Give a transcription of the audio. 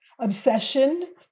obsession